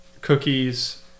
cookies